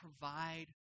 provide